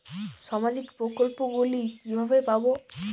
সামাজিক প্রকল্প গুলি কিভাবে পাব?